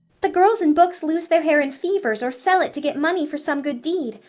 the girls in books lose their hair in fevers or sell it to get money for some good deed,